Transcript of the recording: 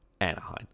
Anaheim